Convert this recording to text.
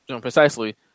precisely